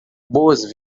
boas